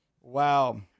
Wow